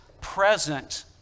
present